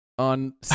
On